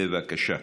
בבקשה,